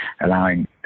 allowing